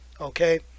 Okay